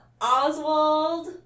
Oswald